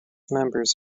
members